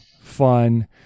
fun